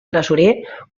tresorer